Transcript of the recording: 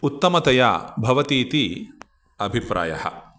उत्तमतया भवतीति अभिप्रायः